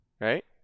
Right